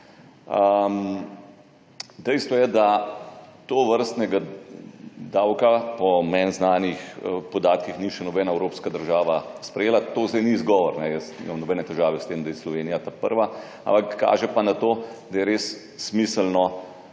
Dejstvo je, da tovrstnega davka po meni znanih podatkih ni še nobena evropska država sprejela. To zdaj ni izgovor, jaz nimam nobene težave s tem, da je Slovenija prva, kaže pa na to, da je res treba